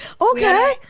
Okay